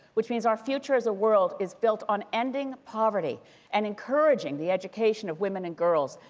which means our future as a world is built on ending poverty and encouraging the education of women and girls.